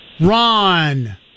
Ron